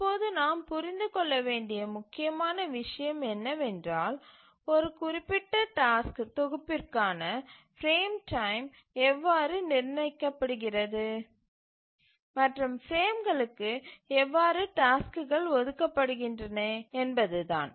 இப்போது நாம் புரிந்து கொள்ள வேண்டிய முக்கியமான விஷயம் என்னவென்றால் ஒரு குறிப்பிட்ட டாஸ்க்கு தொகுப்பிற்கான பிரேம்டைம் எவ்வாறு நிர்ணயிக்கப்படுகிறது மற்றும் பிரேம்களுக்கு எவ்வாறு டாஸ்க்குகள் ஒதுக்கப்படுகின்றன என்பதுதான்